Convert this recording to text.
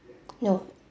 no